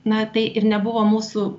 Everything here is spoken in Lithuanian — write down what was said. na tai ir nebuvo mūsų